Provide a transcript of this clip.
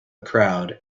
crowd